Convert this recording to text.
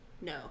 No